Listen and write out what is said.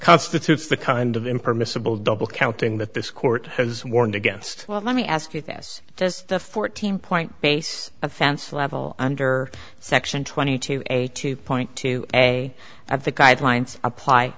constitutes the kind of impermissible double counting that this court has warned against well let me ask you this just the fourteen point base offense level under section twenty two a two point two a that the guidelines apply